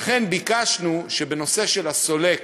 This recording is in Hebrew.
לכן ביקשנו שבנושא של הסולק